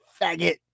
faggot